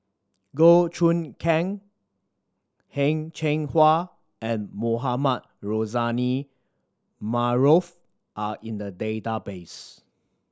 Goh Choon Kang Heng Cheng Hwa and Mohamed Rozani Maarof are in the database